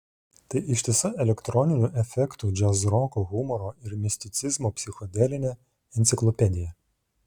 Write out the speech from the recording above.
tai ištisa elektroninių efektų džiazroko humoro ir misticizmo psichodelinė enciklopedija